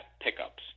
pickups